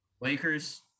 Lakers